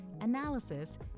analysis